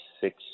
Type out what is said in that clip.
six